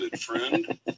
friend